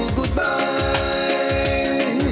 goodbye